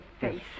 face